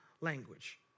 language